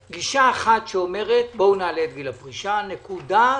אחת, שאומרת: בואו נעלה את גיל הפרישה, נקודה.